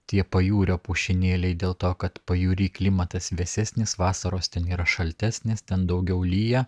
tie pajūrio pušynėliai dėl to kad pajūry klimatas vėsesnis vasaros ten yra šaltesnės ten daugiau lyja